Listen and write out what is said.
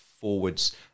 forwards